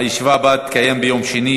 הישיבה הבאה תתקיים ביום שני,